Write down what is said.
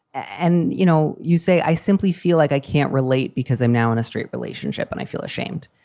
and, you know, you say i simply feel like i can't relate because i'm now in a straight relationship and i feel ashamed.